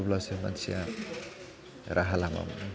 अब्लासो मानसिया राहा लामा मोनो